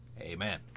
Amen